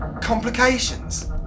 Complications